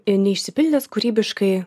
neišsipildęs kūrybiškai